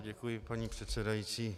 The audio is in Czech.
Děkuji, paní předsedající.